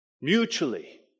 Mutually